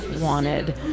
wanted